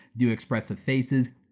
do expressive faces,